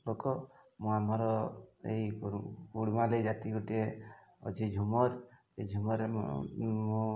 ଲୋକ ମୁଁ ଆମର ଏଇ ପୁରୁଣା ଜାତି ଗୋଟିଏ ଅଛି ଝୁମର ଏଇ ଝୁମରରେ ମୁଁ